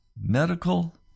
medical